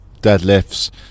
deadlifts